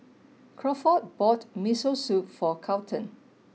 Crawford bought Miso Soup for Carlton